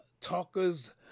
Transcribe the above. talkers